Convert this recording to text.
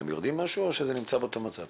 ירדתם שהמצב נשאר כפי שהיה?